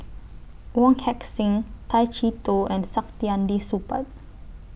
Wong Heck Sing Tay Chee Toh and Saktiandi Supaat